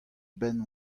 benn